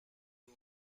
you